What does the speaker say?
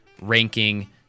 ranking